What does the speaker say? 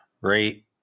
right